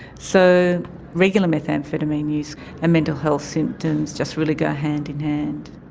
so regular methamphetamine use and mental health symptoms just really go hand in hand.